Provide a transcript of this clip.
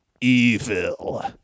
evil